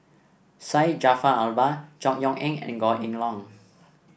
Syed Jaafar Albar Chor Yeok Eng and Goh Kheng Long